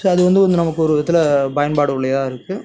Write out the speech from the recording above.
so அது வந்து கொஞ்சம் நமக்கு ஒரு விதத்தில் பயன்பாடு உள்ளதாருக்கு